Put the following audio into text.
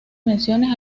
menciones